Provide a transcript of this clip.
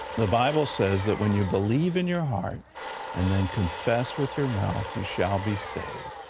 the bible says that when you believe in your heart and then confess with your mouth, you shall be saved.